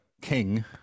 King